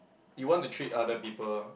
you want to treat other people